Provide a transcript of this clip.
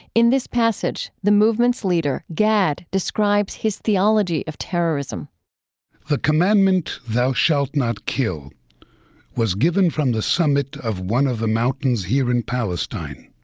in this passage, the movement's leader, gad, describes his theology of terrorism the commandment thou shalt not kill was given from the summit of one of the mountains here in palestine,